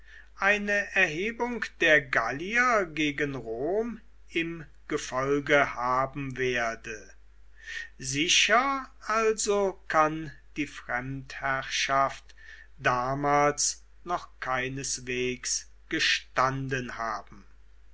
eine erhebung der gallier gegen rom im gefolge haben werde sicher also kann die fremdherrschaft damals noch keineswegs gestanden haben